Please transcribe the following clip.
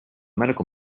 medical